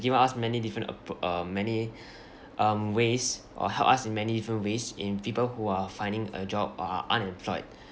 given us many different appr~ uh many uh ways or help us in many different ways in people who are finding a job or are unemployed